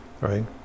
Right